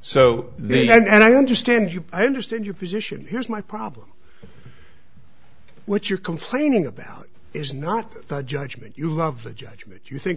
so they and i understand you i understand your position here's my problem what you're complaining about is not the judgment you love the judgment you think the